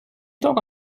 donc